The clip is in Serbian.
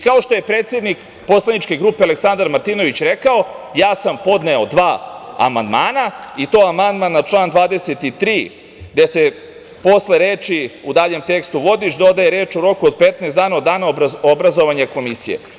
Kao što je predsednik poslaničke grupe Aleksandar Martinović rekao, podneo sam dva amandmana i to amandman na član 23. gde se posle reči u daljem tekstu – vodič, dodaju reči - u roku od 15 dana od dana obrazovanja komisije.